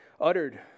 uttered